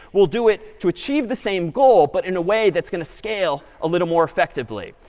we'll do it to achieve the same goal, but in a way that's going to scale a little more effectively.